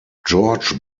george